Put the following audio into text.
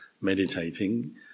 meditating